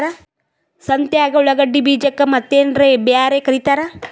ಸಂತ್ಯಾಗ ಉಳ್ಳಾಗಡ್ಡಿ ಬೀಜಕ್ಕ ಮತ್ತೇನರ ಬ್ಯಾರೆ ಕರಿತಾರ?